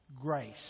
grace